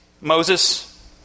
Moses